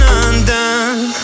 undone